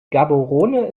gaborone